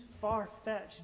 far-fetched